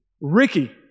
Ricky